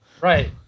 right